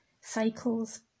cycles